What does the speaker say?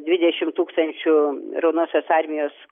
dvidešimt tūkstančių raudonosios armijos